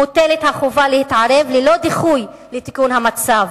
מוטלת החובה להתערב ללא דיחוי לתיקון המצב,